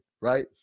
right